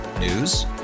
News